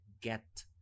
get